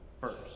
first